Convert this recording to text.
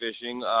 fishing